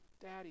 Daddy